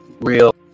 Real